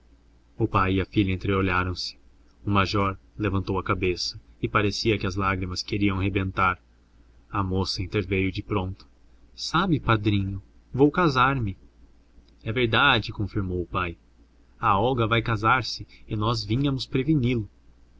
o pai e a filha entreolharam-se o major levantou a cabeça e parecia que as lágrimas queriam rebentar a moça interveio de pronto sabe padrinho vou casar-me é verdade confirmou o pai a olga vai casar-se e nós vínhamos preveni-lo